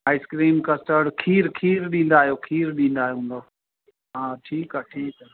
ice cream custard खीर खीर ॾींदा आहियो खीर ॾींदा आहियो हूंदव हा ठीकु आहे ठीकु आहे